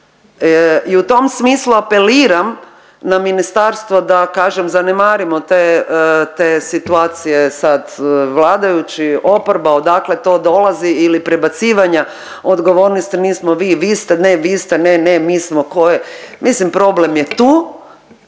I u tom smislu apeliram na ministarstvo da kažem zanemarimo te, te situacije sad vladajući, oporba, odakle to dolazi ili prebacivanja odgovornosti nismo vi vi ste, ne vi ste, ne, ne mi smo, tko je. Mislim problem je tu